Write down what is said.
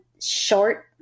short